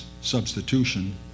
substitution